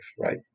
right